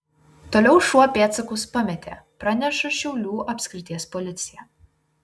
toliau šuo pėdsakus pametė praneša šiaulių apskrities policija